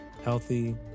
healthy